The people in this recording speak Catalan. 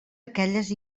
aquelles